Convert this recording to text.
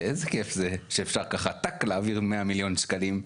שאיזה כיף זה שאפשר ככה טאק להעביר 100 מיליון שקלים,